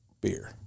beer